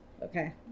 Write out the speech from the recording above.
Okay